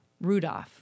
rudolph